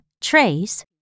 trace